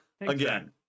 again